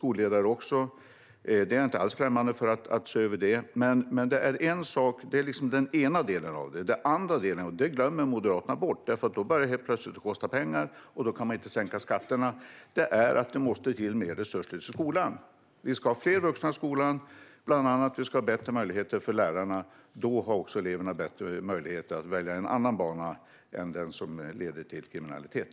Jag är inte alls främmande för att se över det. Men det är bara den ena delen av det hela. Den andra delen glömmer Moderaterna bort, för då börjar det helt plötsligt att kosta pengar, och då kan man inte sänka skatterna. Den delen handlar om att det måste till mer resurser i skolan. Vi ska ha fler vuxna i skolan och också bättre möjligheter för lärarna. Då har också eleverna bättre möjligheter att välja en annan bana än den som leder till kriminalitet.